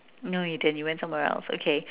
no you didn't you went somewhere else okay